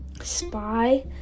Spy